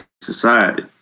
Society